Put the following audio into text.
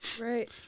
right